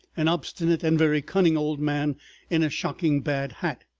an obstinate and very cunning old man in a shocking bad hat.